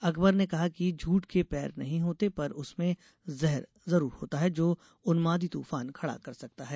उन्होंने कहा कि झूठ के पैर नहीं होते पर उसमें जहर ज़रूर होता है जो उन्मादी तूफान खड़ा कर सकता है